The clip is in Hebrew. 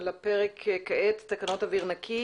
הנושא שעל סדר היום הוא תקנות אוויר נקי